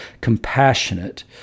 compassionate